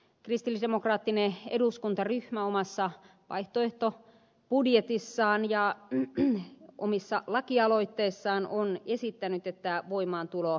kristillisdemokraattinen eduskuntaryhmä omassa vaihtoehtobudjetissaan ja omissa lakialoitteissaan on esittänyt että voimaantuloa